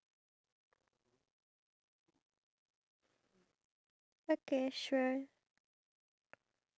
you can stay until maybe like around as long as you want but then me I only can have breakfast eighty thirty to nine